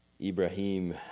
Ibrahim